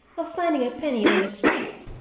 of finding a penny on the street,